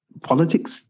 politics